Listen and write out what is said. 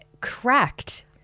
cracked